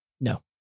No